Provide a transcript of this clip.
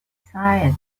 desire